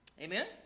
Amen